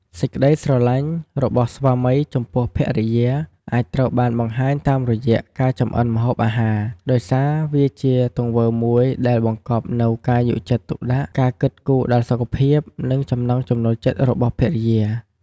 សេចក្ដីស្រឡាញ់របស់ស្វាមីចំពោះភរិយា អាចត្រូវបានបង្ហាញតាមរយៈការចម្អិនម្ហូបអាហារ ដោយសារវាជាទង្វើមួយដែលបង្កប់នូវការយកចិត្តទុកដាក់ ការគិតគូរដល់សុខភាព និងចំណង់ចំណូលចិត្តរបស់ភរិយា។